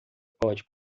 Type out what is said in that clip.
pode